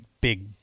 big